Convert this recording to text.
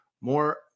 more